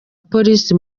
police